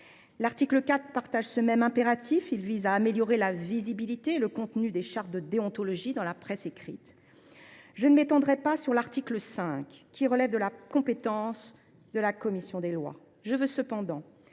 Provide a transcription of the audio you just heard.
L’article 4 vise le même impératif : il tend à améliorer la visibilité et le contenu des chartes de déontologie dans la presse écrite. Je ne m’étendrai pas sur l’article 5, qui relève de la compétence de la commission des lois. Je tiens cependant